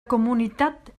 comunitat